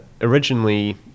originally